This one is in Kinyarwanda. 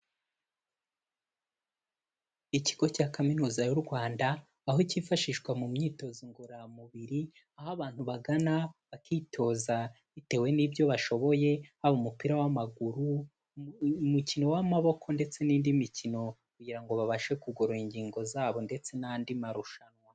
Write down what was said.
Ikigo cya Kaminuza y'u Rwanda, aho cyifashishwa mu myitozo ngororamubiri, aho abantu bagana, bakitoza bitewe n'ibyo bashoboye, haba umupira w'amaguru, umukino w'amaboko ndetse n'indi mikino, kugira ngo babashe kugorora ingingo zabo ndetse n'andi marushanwa.